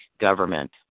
government